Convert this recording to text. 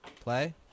play